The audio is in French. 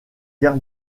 guerre